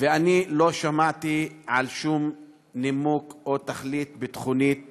ואני לא שמעתי על שום נימוק או תכלית ביטחונית